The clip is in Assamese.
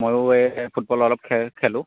ময়ো এই ফুটবলৰ অলপ খেল খেলোঁ